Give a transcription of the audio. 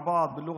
תשמע, אתה יהודי,